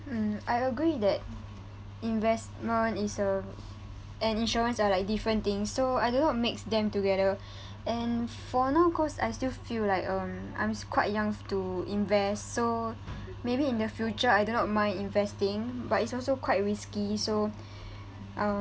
mm I agree that investment is um and insurance are like different things so I do not mix them together and for now cause I still feel like um I'm quite young to invest so maybe in the future I do not mind investing but it's also quite risky so um